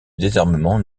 désarmement